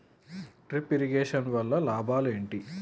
Drip irrigation వల్ల లాభం ఏంటి?